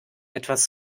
etwas